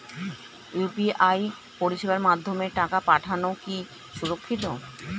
UPI পরিষেবার মাধ্যমে টাকা পাঠানো কি সুরক্ষিত?